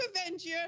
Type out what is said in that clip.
Avenger